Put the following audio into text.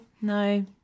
No